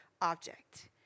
object